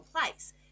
place